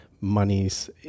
monies